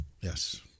Yes